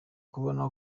kubona